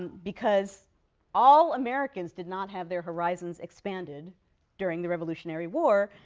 and because all americans did not have their horizons expanded during the revolutionary war,